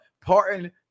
Pardon